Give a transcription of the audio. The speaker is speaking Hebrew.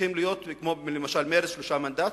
הופכים להיות, כמו למשל מרצ, שלושה מנדטים,